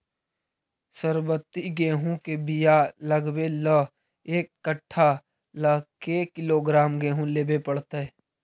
सरबति गेहूँ के बियाह लगबे ल एक कट्ठा ल के किलोग्राम गेहूं लेबे पड़तै?